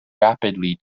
rapidly